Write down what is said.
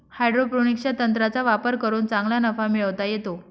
हायड्रोपोनिक्सच्या तंत्राचा वापर करून चांगला नफा मिळवता येतो